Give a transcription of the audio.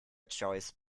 choice